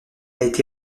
été